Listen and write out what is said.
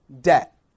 debt